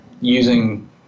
using